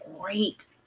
great